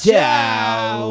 Ciao